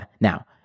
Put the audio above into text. now